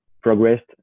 progressed